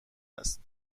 است